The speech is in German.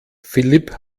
philipp